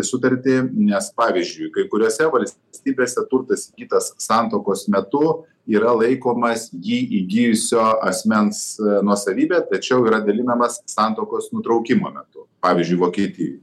sutartį nes pavyzdžiui kai kuriose valstybėse turtas įgytas santuokos metu yra laikomas jį įgijusio asmens nuosavybe tačiau yra dalinamas santuokos nutraukimo metu pavyzdžiui vokietijoj